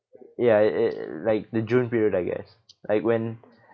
ya it it it like the june period I guess like when